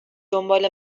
دنبال